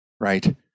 right